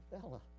fella